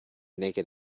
naked